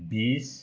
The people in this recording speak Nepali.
बिस